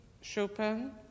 Chopin